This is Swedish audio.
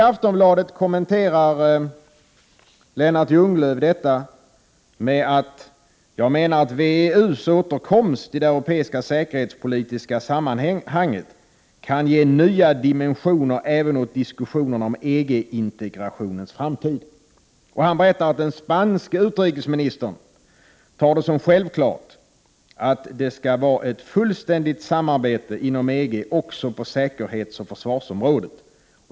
I Aftonbladet kommenterar Lennart Ljunglöf detta på följande sätt: ”Men jag menar att WEU:s återkomst i det europeiska säkerhetspolitiska sammanhanget kan ge nya dimensioner även åt diskussionerna om EG integrationens framtid.” Han berättar att den spanske utrikesministern anser det som självklart att det skall vara ett fullständigt samarbete inom EG också på säkerhetsoch försvarsområdet.